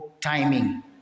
timing